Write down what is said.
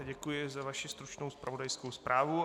Děkuji za vaši stručnou zpravodajskou zprávu.